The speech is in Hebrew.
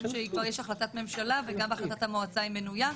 משום שיש כבר החלטת ממשלה וגם בהחלטת המועצה היא מנויה,